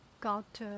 got